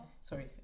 sorry